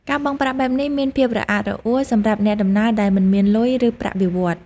ការបង់ប្រាក់បែបនេះមានភាពរអាក់រអួលសម្រាប់អ្នកដំណើរដែលមិនមានលុយ ឬប្រាក់បៀវត្ស។